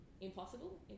impossible